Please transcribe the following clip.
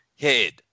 head